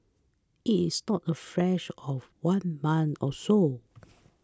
it is not a flash of one month or so